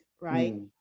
right